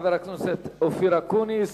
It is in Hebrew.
חבר הכנסת אופיר אקוניס.